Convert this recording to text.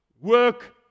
work